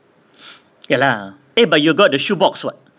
ya lah eh but you got the shoe box [what]